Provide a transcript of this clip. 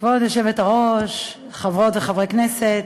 כבוד היושבת-ראש, חברות וחברי הכנסת,